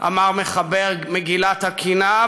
אמר מחבר מגילת הקינה.